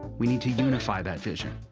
we need to unify that vision.